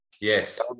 Yes